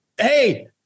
Hey